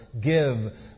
give